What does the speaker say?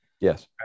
Yes